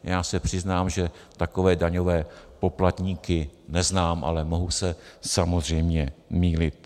Já se přiznám, že takové daňové poplatníky neznám, ale mohu se samozřejmě mýlit.